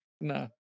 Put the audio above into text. no